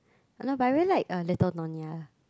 I know but I really like uh Little Nyonya